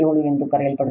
7 ಎಂದು ಕರೆಯಲ್ಪಡುತ್ತದೆ